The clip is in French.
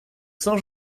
saint